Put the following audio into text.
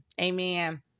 Amen